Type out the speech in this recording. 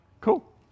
Cool